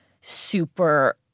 super